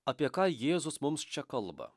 apie ką jėzus mums čia kalba